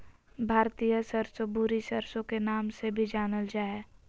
भारतीय सरसो, भूरी सरसो के नाम से भी जानल जा हय